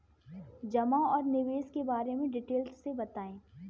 जमा और निवेश के बारे में डिटेल से बताएँ?